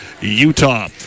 Utah